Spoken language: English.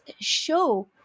show